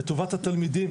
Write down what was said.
את טובת התלמידים.